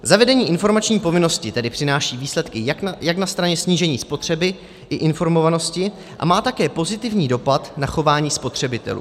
Zavedení informační povinnosti tedy přináší výsledky jak na straně snížení spotřeby i informovanosti a má také pozitivní dopad na chování spotřebitelů.